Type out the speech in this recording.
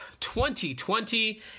2020